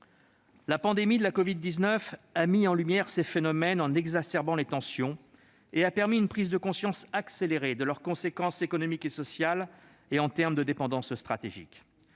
La pandémie de la covid-19 a mis en lumière ces phénomènes en exacerbant les tensions et a permis une prise de conscience accélérée de leurs conséquences économiques et sociales et de leur incidence en matière de dépendance stratégique.